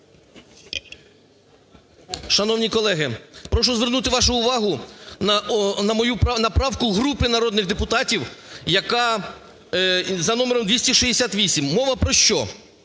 Шановні колеги, прошу звернути вашу увагу на правку групи народних депутатів, яка за номером 268. Мова про що?